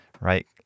right